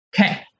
okay